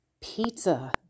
pizza